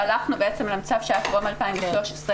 שהלכנו בעצם למצב שהיה קרוב ל-2013.